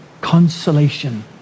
consolation